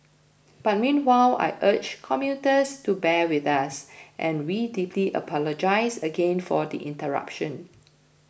but meanwhile I urge commuters to bear with us and we deeply apologise again for the interruption